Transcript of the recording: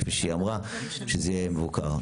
כדי שזה יהיה מבוקר.